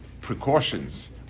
precautions